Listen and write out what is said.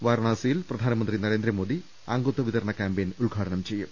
വാരണാസിയിൽ പ്രധാനമന്ത്രി നരേന്ദ്രമോദി അംഗത്വ വിതരണ ക്യാമ്പയിൻ ഉദ്ഘാടനം ചെയ്യും